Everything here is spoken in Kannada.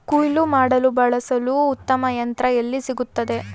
ಕುಯ್ಲು ಮಾಡಲು ಬಳಸಲು ಉತ್ತಮ ಯಂತ್ರ ಎಲ್ಲಿ ಸಿಗುತ್ತದೆ?